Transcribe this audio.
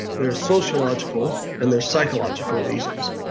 there's sociological, and there's psychological reasons.